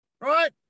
Right